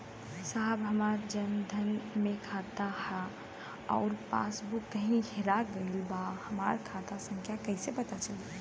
साहब हमार जन धन मे खाता ह अउर पास बुक कहीं हेरा गईल बा हमार खाता संख्या कईसे पता चली?